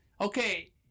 okay